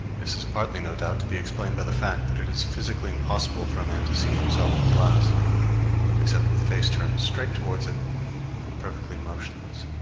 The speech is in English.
this is partly, no doubt, to be explained by the fact that it is physically impossible for a man to see himself in the glass except with face turned straight towards it and perfectly motionless